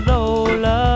Lola